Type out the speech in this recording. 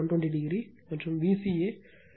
எனவே line voltage phase voltage